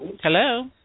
Hello